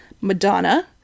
Madonna